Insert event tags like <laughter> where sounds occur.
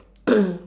<coughs>